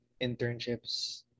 internships